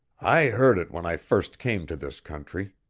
i heard it when i first came to this country.